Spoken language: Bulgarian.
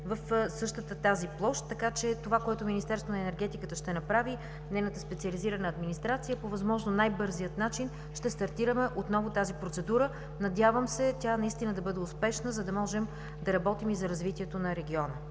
в същата тази площ. Това, което Министерството на енергетиката, нейната специализирана администрация ще направи – по възможно най-бързия начин ще стартираме отново тази процедура. Надявам се, тя наистина да бъде успешна, за да може да работим и за развитието на региона.